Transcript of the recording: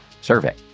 survey